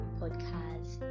podcast